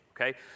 okay